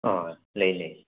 ꯑꯥ ꯂꯩ ꯂꯩ